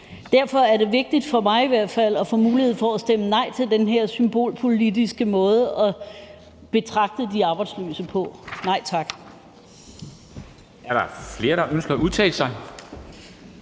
hvert fald vigtigt for mig at få mulighed for at stemme nej til den her symbolpolitiske måde at betragte de arbejdsløse på